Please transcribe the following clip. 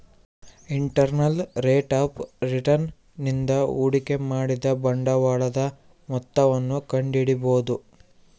internal rate of return ನಿಂದ ಹೂಡಿಕೆ ಮಾಡಿದ ಬಂಡವಾಳದ ಮೊತ್ತವನ್ನು ಕಂಡಿಡಿಬೊದು